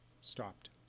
stopped